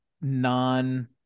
non